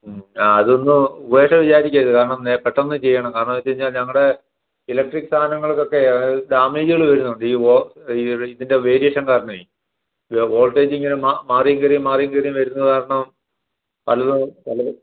മ്മ് ആ അതിന്ന് ഉപേഷ വിചാരിക്കരുത് കാരണം നേ പെട്ടെന്ന് ചെയ്യണം കാരണം വെച്ച് കഴിഞ്ഞാൽ ഞങ്ങളുടെ ഇലക്ട്രിക് സാധനങ്ങൾക്കൊക്കെ അത് ഡാമേജുകൾ വരുന്നുണ്ട് ഈ ഇതിൻ്റെ വേരിയേഷൻ കാരണമേയ് വോൾട്ടേജ് ഇങ്ങനെ മാറിയും കയറിയും മാറിയും കയറിയും വരുന്നത് കാരണം പലതും പല